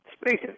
Speaking